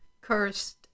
cursed